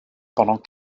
pendant